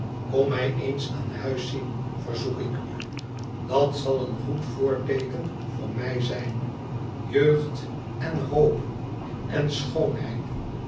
kom mij eens aan huis zien verzoek ik u dat zal een goed voorteeken voor mij zijn jeugd en hoop en schoonheid